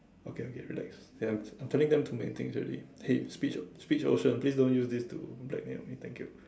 okay okay relax I am I am telling them too many things already hey speechoce~ speech ocean please don't use this to blackmail me thank you